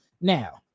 now